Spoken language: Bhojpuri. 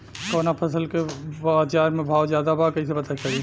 कवना फसल के बाजार में भाव ज्यादा बा कैसे पता करि?